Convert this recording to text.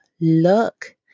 look